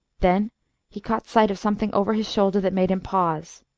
then he caught sight of something over his shoulder that made him pause.